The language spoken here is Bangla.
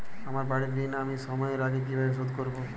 আমার বাড়ীর ঋণ আমি সময়ের আগেই কিভাবে শোধ করবো?